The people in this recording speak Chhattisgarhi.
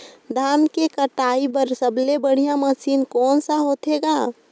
धान के कटाई बर सबले बढ़िया मशीन कोन सा होथे ग?